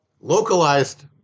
localized